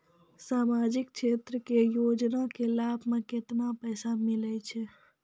समाजिक क्षेत्र के योजना के लाभ मे केतना पैसा मिलै छै?